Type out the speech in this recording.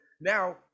Now